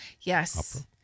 Yes